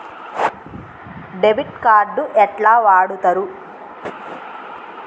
Debit card ఎట్లా వాడుతరు?